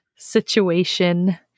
situation